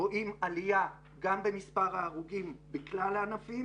רואים עלייה גם במספר ההרוגים בכלל הענפים